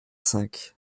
cinq